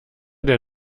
der